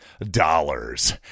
dollars